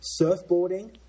Surfboarding